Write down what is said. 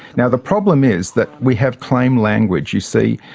now, the problem is that we have claim language. you see,